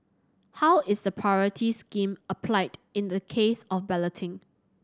how is the priority scheme applied in the case of balloting